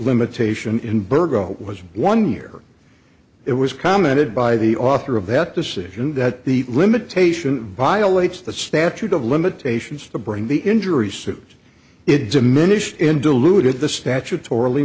limitation in burgo was one year it was commented by the author of that decision that the limitation violates the statute of limitations to bring the injury suit it diminished in diluted the statutor